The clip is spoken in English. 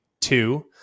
two